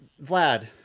Vlad